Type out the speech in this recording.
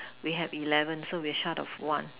we have eleven so we short of one